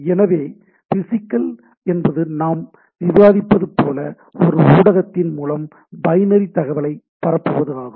எனவே பிசிகல் என்பது நாம் விவாதித்தது போல ஒரு ஊடகத்தின் மூலம் பைனரி தகவலை பரப்புவது ஆகும்